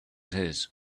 his